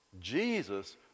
Jesus